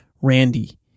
Randy